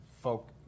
folk